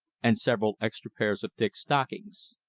and several extra pairs of thick stockings.